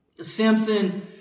Samson